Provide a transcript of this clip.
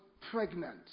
pregnant